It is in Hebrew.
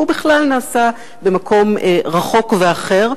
והוא בכלל נעשה במקום רחוק ואחר,